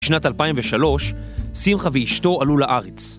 בשנת 2003, שמחה ואשתו עלו לארץ.